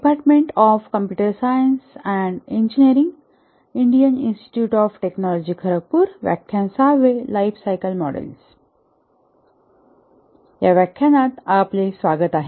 या व्याख्यानात आपले स्वागत आहे